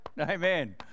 Amen